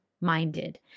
minded